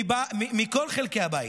מכל חלקי הבית,